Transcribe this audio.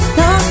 no